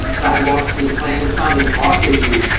sidewalks to the plan, it's not and a cost issue.